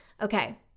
Okay